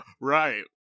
right